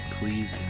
Please